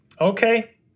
Okay